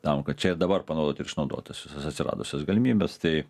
tam kad čia ir dabar panaudot ir išnaudot tas visas atsiradusias galimybes tai